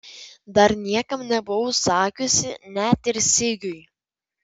dar niekam nebuvau sakiusi net ir sigiui